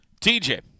TJ